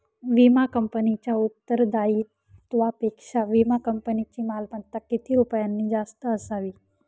विमा कंपनीच्या उत्तरदायित्वापेक्षा विमा कंपनीची मालमत्ता किती रुपयांनी जास्त असावी?